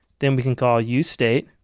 then we can call usestate.